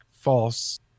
false